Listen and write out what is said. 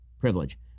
privilege